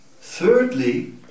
thirdly